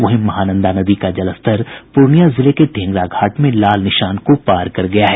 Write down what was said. वहीं महानंदा नदी का जलस्तर पूर्णिया जिले के ढेंगरा घाट में लाल निशान को पार कर गया है